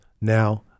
Now